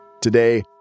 Today